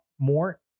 more